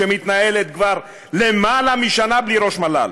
שמתנהלת כבר יותר משנה בלי ראש מל"ל.